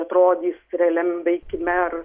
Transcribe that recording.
atrodys realiam veikime ar